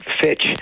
Fitch